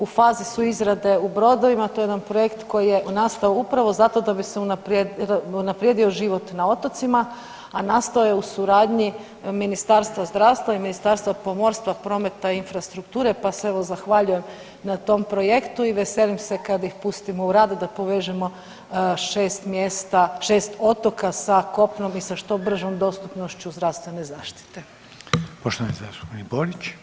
U fazi su izrade u brodovima, to je jedan projekt koji je nastao upravo zato da bi se unaprijedio život na otocima, a nastao je u suradnji Ministarstva zdravstva i Ministarstva pomorstva, prometa i infrastrukture, pa se evo zahvaljujem na tom projektu i veselim se kad ih pustimo u rad i da povežemo 6 mjesta, 6 otoka sa kopnom i sa što bržom dostupnošću zdravstvene zaštite.